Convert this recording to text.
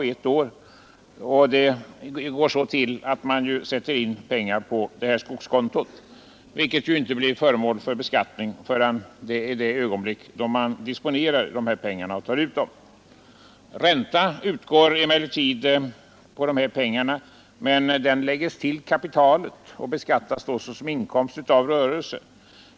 Detta tillgår så att de sätter in pengar på skogskonto, där de inte blir föremål för beskattning förrän i det ögonblick de tar ut och disponerar dessa pengar. Ränta utgår på de innestående medlen. Denna lägges emellertid till kapitalet och beskattas såsom inkomst av rörelse.